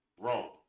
Wrong